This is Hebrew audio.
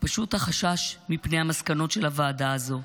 פשוט החשש מפני המסקנות של הוועדה הזו.